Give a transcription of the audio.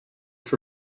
for